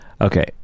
Okay